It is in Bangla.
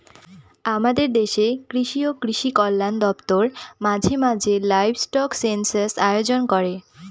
আমাদের দেশের কৃষি ও কৃষি কল্যাণ দপ্তর মাঝে মাঝে লাইভস্টক সেনসাস আয়োজন করে